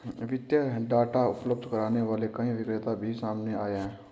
वित्तीय डाटा उपलब्ध करने वाले कई विक्रेता भी सामने आए हैं